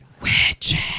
witches